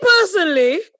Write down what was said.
personally